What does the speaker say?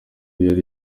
yari